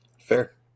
Fair